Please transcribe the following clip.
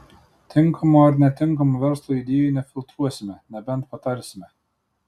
tinkamų ar netinkamų verslui idėjų nefiltruosime nebent patarsime